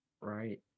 right